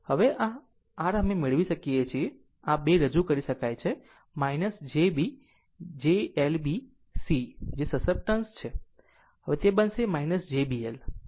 હવે અહીં આ R અમે મેળવી શકીએ છીએ તે આ 2 રજૂ કરી શકાય છે jB L jB C કે સસેપટન્સ છે